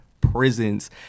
prisons